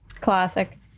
Classic